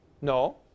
No